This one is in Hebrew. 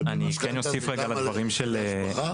אני כן אוסיף רגע על הדברים של דוד.